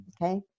Okay